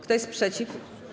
Kto jest przeciw?